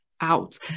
out